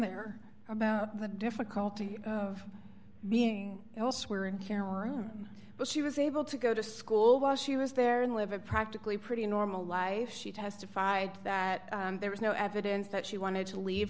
there about the difficulty of being elsewhere in kerala but she was able to go to school while she was there and live a practically pretty normal life she testified that there was no evidence that she wanted to leave